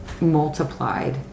multiplied